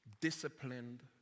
disciplined